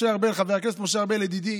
חבר הכנסת משה ארבל ידידי